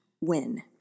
win